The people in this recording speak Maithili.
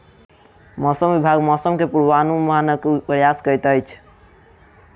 मौसम विभाग मौसम के पूर्वानुमानक प्रयास करैत अछि